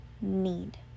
need